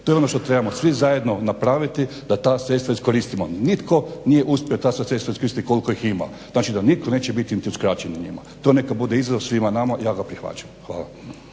To je ono što trebamo svi zajedno napraviti da ta sredstva iskoristimo. Nitko nije uspio ta sva sredstva iskoristiti koliko ih ima. Znači da nitko neće ni biti uskraćen njima. To neka bude izazov svima nama. Ja ga prihvaćam. Hvala.